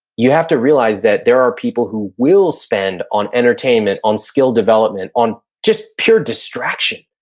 you have to realize that there are people who will spend on entertainment, on skill development, on just pure distraction.